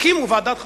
הקימו ועדת חקירה.